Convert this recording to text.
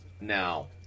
Now